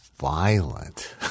violent